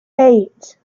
eight